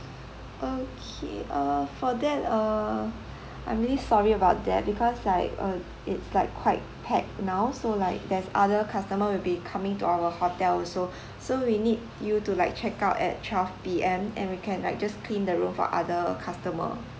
okay uh for that uh I'm really sorry about that because like uh it's like quite packed now so like there's other customer will be coming to our hotel also so we need you to like check out at twelve P_M and we can like just clean the room for other customer